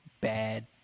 Bad